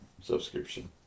subscription